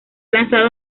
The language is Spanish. lanzado